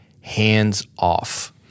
hands-off